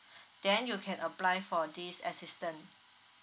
then you can apply for this assistance